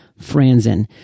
Franzen